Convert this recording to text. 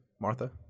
Martha